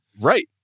Right